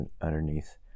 underneath